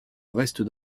reste